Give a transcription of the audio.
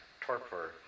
torpor